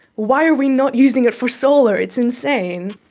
why are we not using it for solar? it's insane.